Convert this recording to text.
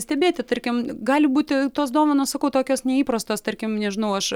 stebėti tarkim gali būti tos dovanos sakau tokios neįprastos tarkim nežinau aš